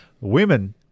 women